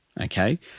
okay